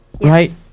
Right